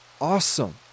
awesome